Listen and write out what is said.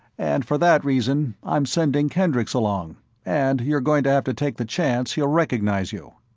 and for that reason, i'm sending kendricks along and you're going to have to take the chance he'll recognize you.